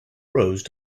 rose